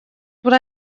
what